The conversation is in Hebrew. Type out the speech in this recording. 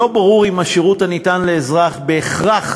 לא ברור אם השירות הניתן לאזרח בהכרח